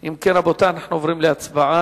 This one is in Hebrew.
אם כן, רבותי, אנחנו עוברים להצבעה.